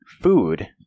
food